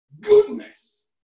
goodness